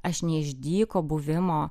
aš ne iš dyko buvimo